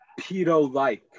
pedo-like